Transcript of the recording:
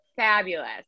fabulous